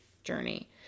journey